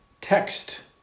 text